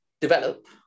develop